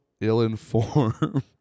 ill-informed